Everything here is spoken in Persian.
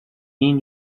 این